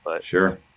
Sure